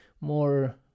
more